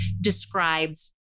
describes